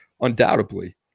undoubtedly